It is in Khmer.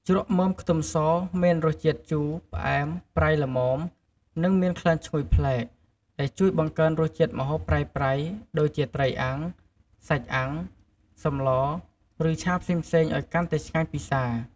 ជ្រក់មើមខ្ទឹមសមានរសជាតិជូរ ផ្អែម ប្រៃ ល្មម និងមានក្លិនឈ្ងុយប្លែក ដែលជួយបង្កើនរសជាតិម្ហូបប្រៃៗ ដូចជាត្រីអាំង សាច់អាំង សម្លរ ឬឆាផ្សេងៗ ឱ្យកាន់តែឆ្ងាញ់ពិសា។